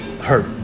Hurt